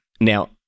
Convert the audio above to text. now